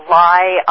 lie